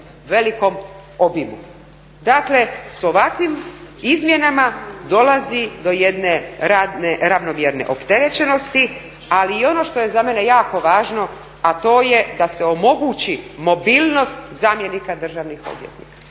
velikom obimu. Dakle, sa ovakvim izmjenama dolazi do jedne ravnomjerne opterećenosti ali i ono što je za mene jako važno, a to je da se omogući mobilnost zamjenika državnih odvjetnika.